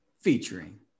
Featuring